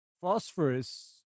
phosphorus